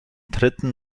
dritten